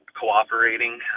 cooperating